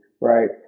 right